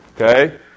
okay